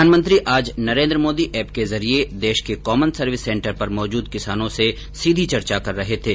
प्रधानमंत्री आज नरेन्द्र मोदी एप के जरिये देश के कॉमन सर्विस सेन्टर पर मौजूद किसानों से सीधी चर्चा कर रहे थे